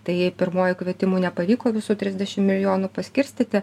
tai jei pirmuoju kvietimu nepavyko visų trisdešimt milijonų paskirstyti